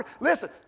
Listen